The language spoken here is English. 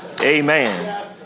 amen